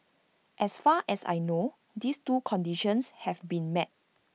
as far as I know these two conditions have been met